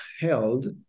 held